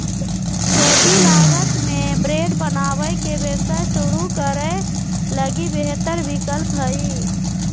छोटी लागत में ब्रेड बनावे के व्यवसाय शुरू करे लगी बेहतर विकल्प हइ